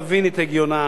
התנגדה להצעת החוק,